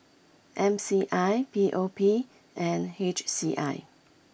M C I P O P and H C I